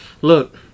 Look